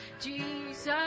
Jesus